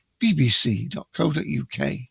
bbc.co.uk